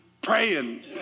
praying